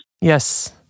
Yes